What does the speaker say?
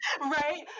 Right